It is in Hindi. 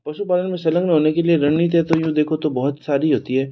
पशुपालन में संलग्न होने के लिए रणनीतियाँ तो यूँ देखो तो बहुत सारी होती हैं